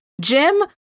Jim